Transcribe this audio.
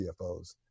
CFOs